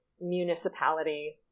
municipality